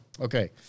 Okay